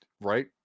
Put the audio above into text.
right